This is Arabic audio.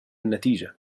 النتيجة